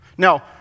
Now